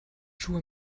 schuhe